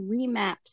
remaps